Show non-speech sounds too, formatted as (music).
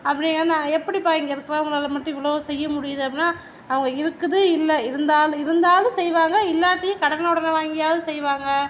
அப்படி (unintelligible) நான் எப்படி பா இங்கே இருக்கிறவங்களால் மட்டும் இவ்வளோ செய்ய முடியுது அப்படினா அவங்க இருக்குது இல்லை இருந்தா இருந்தாலும் செய்வாங்க இல்லாட்டியும் கடனை ஒடனை வாங்கியாவது செய்வாங்க